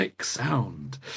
sound